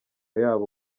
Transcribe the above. yabo